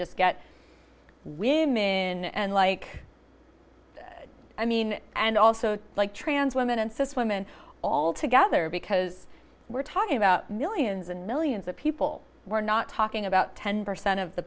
just get women in and like i mean and also like trans women and six women all together because we're talking about millions and millions of people we're not talking about ten percent of the